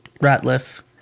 Ratliff